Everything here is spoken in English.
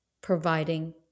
providing